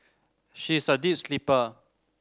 she is a deep sleeper